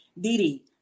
Didi